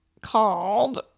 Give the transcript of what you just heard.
called